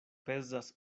pezas